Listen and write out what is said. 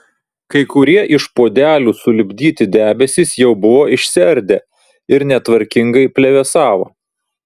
kai kurie iš puodelių sulipdyti debesys jau buvo išsiardę ir netvarkingai plevėsavo